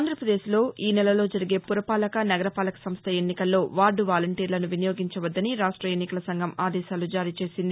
ఆంధ్రాప్రదేశ్లో ఈనెలలో జరిగే పురపాలక నగరపాలక సంస్ట ఎన్నికల్లో వార్డు వాలంటీర్లను వినియోగించవద్దని రాష్ట్ర ఎన్నికల సంఘం ఆదేశాల జారీ చేసింది